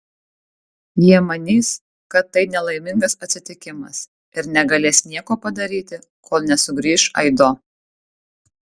jie manys kad tai nelaimingas atsitikimas ir negalės nieko padaryti kol nesugrįš aido